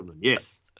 yes